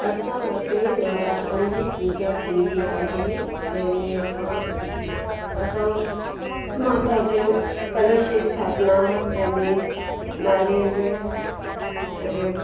असां वटि नवरात्रनि जी पूॼा थींदी आहे जंहिं में असां असां माता जे कलश स्थापना जंहिं में नारियल ऐं